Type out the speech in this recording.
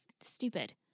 stupid